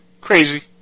crazy